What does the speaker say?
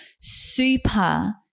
super